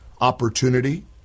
opportunity